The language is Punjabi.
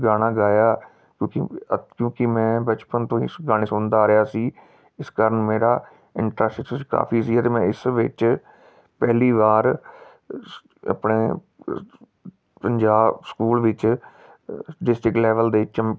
ਗਾਣਾ ਗਾਇਆ ਕਿਉਂਕਿ ਕਿਉਂਕਿ ਮੈਂ ਬਚਪਨ ਤੋਂ ਇਸ ਗਾਣੇ ਸੁਣਦਾ ਆ ਰਿਹਾ ਸੀ ਇਸ ਕਾਰਨ ਮੇਰਾ ਇੰਟਰਸਟ ਇਸ ਵਿੱਚ ਕਾਫੀ ਸੀ ਅਤੇ ਮੈਂ ਇਸ ਵਿੱਚ ਪਹਿਲੀ ਵਾਰ ਸ ਆਪਣੇ ਪੰਜਾਬ ਸਕੂਲ ਵਿੱਚ ਡਿਸਟ੍ਰਿਕ ਲੈਵਲ ਦੇ ਚ